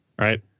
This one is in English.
Right